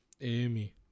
amy